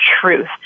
truth